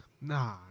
Nah